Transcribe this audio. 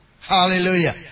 Hallelujah